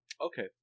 Okay